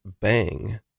Bang